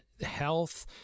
health